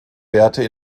werte